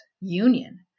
union